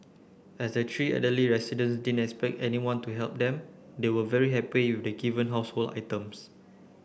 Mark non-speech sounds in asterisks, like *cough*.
as the three elderly residents didn't expect anyone to help them they were very happy *unintelligible* the given household items